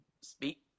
speak